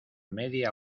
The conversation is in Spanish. media